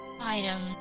item